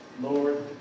Lord